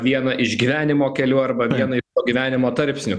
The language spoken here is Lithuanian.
vieną iš gyvenimo kelių arba vieną gyvenimo tarpsnių